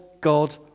God